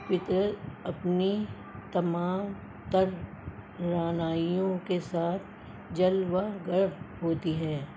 فطرت اپنی تمام تر رعنائیوں کے ساتھ جلوہ گر ہوتی ہے